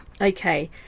Okay